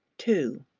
two.